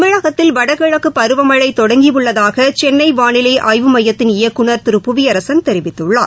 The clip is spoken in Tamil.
தமிழகத்தில் வடகிழக்குபருவமழைதொடங்கியுள்ளதாகசென்னைவாளிலைஆய்வு மையத்தின் இயக்குனர் திரு புவியரசன் கெரிவிக்கள்ளார்